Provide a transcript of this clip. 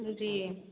जी